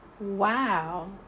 Wow